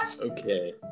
Okay